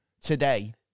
today